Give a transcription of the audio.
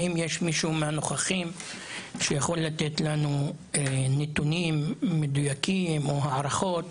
האם יש מישהו מהנוכחים שיכול לתת לנו נתונים מדויקים או הערכות